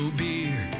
beer